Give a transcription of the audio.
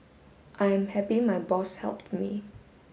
I am happy my boss helped me